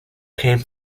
came